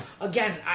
again